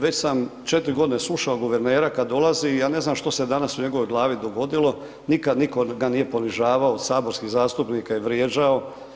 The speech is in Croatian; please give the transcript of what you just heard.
Već sam 4 godine slušao guvernera kada dolazi i ja ne znam što se danas u njegovoj glavi dogodilo, nikad niko ga nije ponižavao od saborskih zastupnika i vrijeđao.